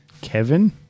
Kevin